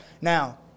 Now